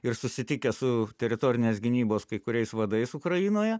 ir susitikęs su teritorinės gynybos kai kuriais vadais ukrainoje